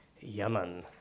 Yemen